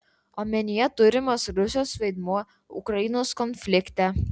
omenyje turimas rusijos vaidmuo ukrainos konflikte